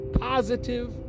positive